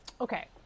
Okay